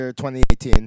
2018